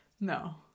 no